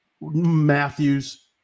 Matthews